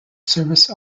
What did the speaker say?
service